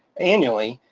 annually.